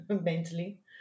mentally